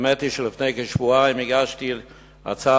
האמת היא שלפני כשבועיים הגשתי הצעה